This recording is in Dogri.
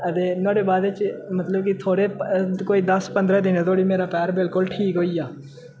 ते नोहाड़े बाद च मतलब कि थोह्ड़े कोई दस पंदरा दिनें धोड़ी मेरा पैर बिल्कुल ठीक होई गेआ